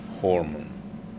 hormone